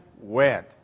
went